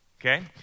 Okay